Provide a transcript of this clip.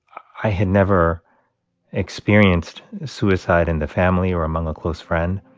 i had never experienced suicide in the family or among a close friend.